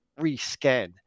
rescan